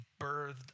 birthed